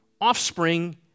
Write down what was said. offspring